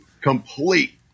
complete